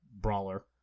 brawler